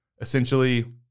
Essentially